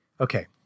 Okay